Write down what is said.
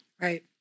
Right